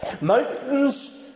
Mountains